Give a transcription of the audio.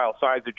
size